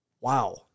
Wow